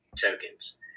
tokens